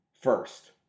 first